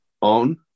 on